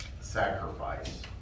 sacrifice